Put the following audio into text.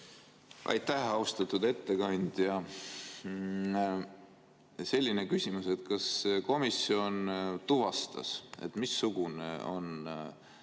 Aitäh, austatud ettekandja! Selline küsimus: kas komisjon tuvastas, missugune on